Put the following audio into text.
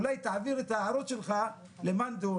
אולי תעביר את ההערות שלך למאן דהוא,